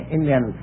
Indian